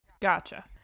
Gotcha